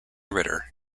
ritter